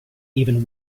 even